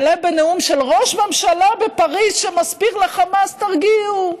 והנאום של ראש ממשלה בפריז שמסביר לחמאס: תרגיעו,